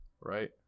Right